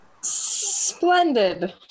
Splendid